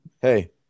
Hey